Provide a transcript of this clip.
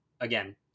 again